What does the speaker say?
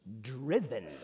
driven